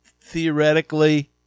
theoretically